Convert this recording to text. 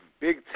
big